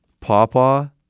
Papa